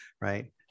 right